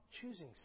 choosing